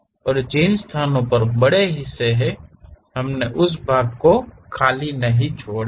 और जिन स्थानों पर बड़े हिस्से हैं हमने उस भाग को खाली नहीं छोड़ा है